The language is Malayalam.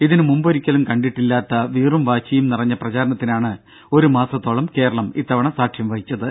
ഇതിനു മുമ്പ് ഒരിക്കലും കണ്ടിട്ടില്ലാത്ത വീറും വാശിയും നിറഞ്ഞ പ്രചാരണത്തിനാണ് ഒരു മാസത്തോളം കേരളം ഇത്തവണ സാക്ഷ്യം വഹിച്ചത്